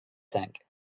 tank